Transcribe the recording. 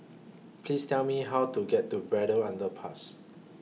Please Tell Me How to get to Braddell Underpass